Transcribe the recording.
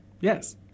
Yes